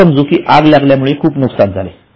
असे समजू की आग लागल्यामुळे खूप नुकसान झाले आहे